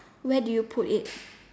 where do you put it